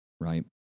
right